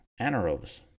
anaerobes